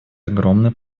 огромный